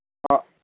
ꯑꯥ